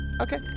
Okay